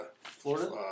Florida